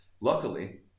Luckily